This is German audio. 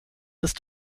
ist